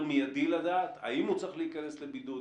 מיידי לדעת אם הוא צריך להיכנס לבידוד,